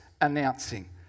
announcing